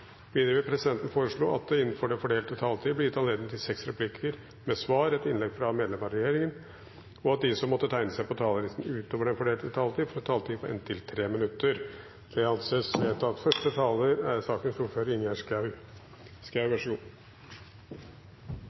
Videre vil presidenten foreslå at det gis anledning til replikkordskifte på inntil seks replikker med svar etter innlegg fra medlem av regjeringen innenfor den fordelte taletid. Videre blir det foreslått at de som måtte tegne seg på talerlisten utover den fordelte taletid, får en taletid på inntil 3 minutter. – Det anses vedtatt.